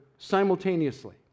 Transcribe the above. Simultaneously